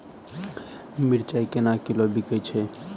मिर्चा केना किलो बिकइ छैय?